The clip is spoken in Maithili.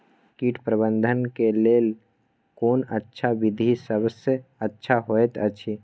कीट प्रबंधन के लेल कोन अच्छा विधि सबसँ अच्छा होयत अछि?